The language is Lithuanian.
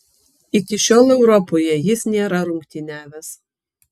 iki šiol europoje jis nėra rungtyniavęs